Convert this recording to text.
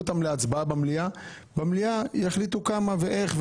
להצבעה במליאה ובמליאה יחליטו כמה ואיך,